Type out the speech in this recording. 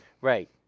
Right